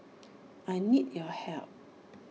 I need your help